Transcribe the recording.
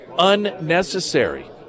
unnecessary